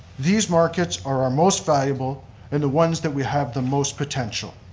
these markets are our most valuable and the ones that we have the most potential.